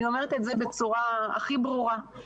אני אומרת את זה בצורה הכי ברורה.